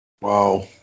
Wow